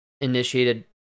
initiated